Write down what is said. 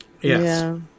Yes